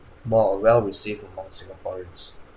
more well received among singaporeans